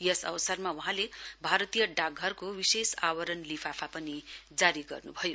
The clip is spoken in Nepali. यस अवसरमा वहाँले भारतीय डाकघरको विशेष आवारण लिफाफा पनि जारी गर्न् भयो